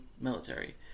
military